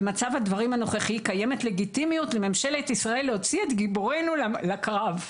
קיימת לגיטימיות לממשלת ישראל להוציא את גיבורינו לקרב?